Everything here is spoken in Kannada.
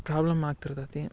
ಪ್ರಾಬ್ಲಮ್ ಆಗ್ತಿರ್ತತಿ